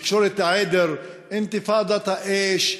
תקשורת העדר: "אינתיפאדת האש",